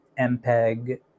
MPEG